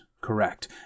correct